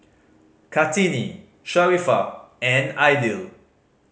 Kartini Sharifah and Aidil